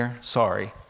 Sorry